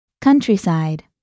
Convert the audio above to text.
Countryside